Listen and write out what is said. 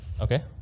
Okay